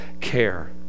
care